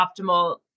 optimal